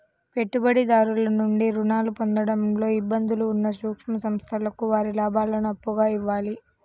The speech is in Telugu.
పెట్టుబడిదారుల నుండి రుణాలు పొందడంలో ఇబ్బందులు ఉన్న సూక్ష్మ సంస్థలకు వారి లాభాలను అప్పుగా ఇవ్వాలి